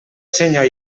senyor